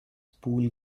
pool